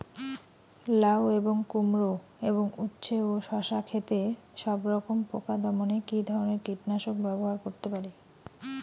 লাউ এবং কুমড়ো এবং উচ্ছে ও শসা ক্ষেতে সবরকম পোকা দমনে কী ধরনের কীটনাশক ব্যবহার করতে পারি?